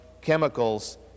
chemicals